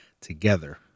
together